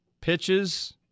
pitches